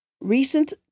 recent